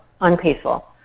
unpeaceful